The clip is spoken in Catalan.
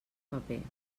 paper